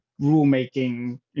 rulemaking